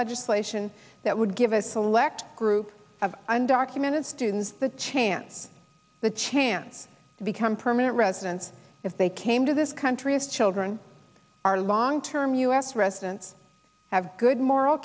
legislation that would give a select group of undocumented students the chance the chance to become permanent residents if they came to this country as children are long term u s residents have good moral